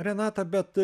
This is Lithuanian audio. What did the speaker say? renata bet